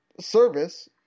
service